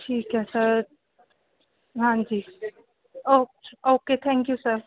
ਠੀਕ ਹੈ ਸਰ ਹਾਂਜੀ ਓਕ ਓਕੇ ਥੈਂਕਯੂ ਸਰ